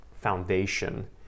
foundation